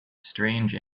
strange